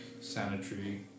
sanitary